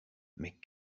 mais